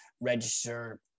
register